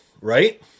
right